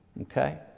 Okay